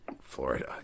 florida